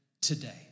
today